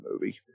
movie